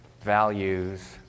values